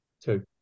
two